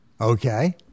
okay